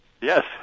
Yes